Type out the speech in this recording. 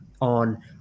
on